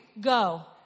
Go